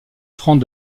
francs